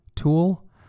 tool